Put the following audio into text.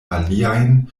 aliajn